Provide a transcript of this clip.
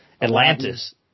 Atlantis